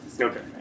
Okay